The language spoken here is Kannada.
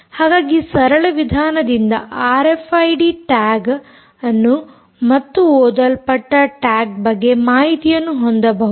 ಹಾಗಾಗಿ ಈ ಸರಳ ವಿಧಾನದಿಂದ ಆರ್ಎಫ್ಐಡಿ ಟ್ಯಾಗ್ ಅನ್ನು ಮತ್ತು ಓದಲ್ಪಟ್ಟ ಟ್ಯಾಗ್ ಬಗ್ಗೆ ಮಾಹಿತಿಯನ್ನು ಹೊಂದಬಹುದು